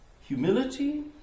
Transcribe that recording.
Humility